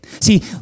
See